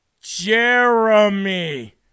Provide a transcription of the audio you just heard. Jeremy